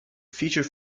feature